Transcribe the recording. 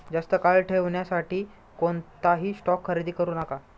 जास्त काळ ठेवण्यासाठी कोणताही स्टॉक खरेदी करू नका